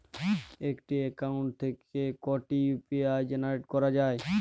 একটি অ্যাকাউন্ট থেকে কটি ইউ.পি.আই জেনারেট করা যায়?